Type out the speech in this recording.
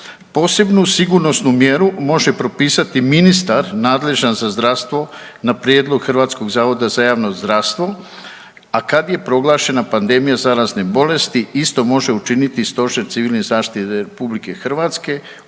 Posebnu sigurnosnu mjeru može propisati ministar nadležan za zdravstvo na prijedlog HZJZ-a, a kad je proglašena pandemija zarazne bolesti isto može učiniti Stožer Civilne zaštite RH u suradnji